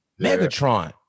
Megatron